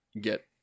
get